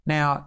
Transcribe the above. Now